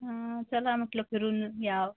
हा चला म्हटलं फिरून यावं